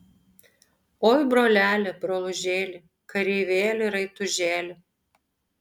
oi broleli brolužėli kareivėli raitužėli